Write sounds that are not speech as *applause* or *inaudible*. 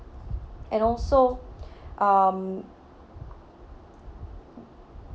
and also *breath* um